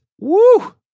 woo